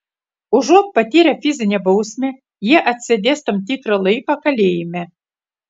užuot patyrę fizinę bausmę jie atsėdės tam tikrą laiką kalėjime